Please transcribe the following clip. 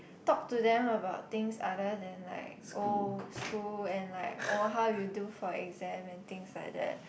talk to them about things other than like oh school and like oh how you do for exam and things like that